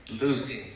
losing